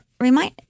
remind